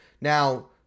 Now